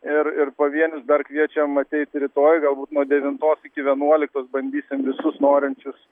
ir ir pavienius dar kviečiam ateiti rytoj galbūt nuo devintos iki vienuoliktos bandysim visus norinčius